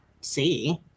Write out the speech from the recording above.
see